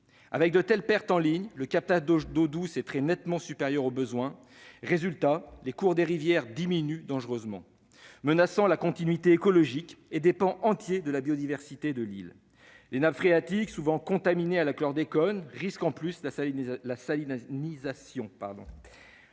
Avec de telles pertes en ligne, le captage d'eau douce est très nettement supérieur aux besoins. Résultat : le débit des rivières diminue dangereusement, ce qui menace la continuité écologique et des pans entiers de la biodiversité de l'île. Les nappes phréatiques, souvent contaminées au chlordécone, risquent en outre la salinisation.